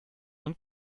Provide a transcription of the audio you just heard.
und